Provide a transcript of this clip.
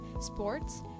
sports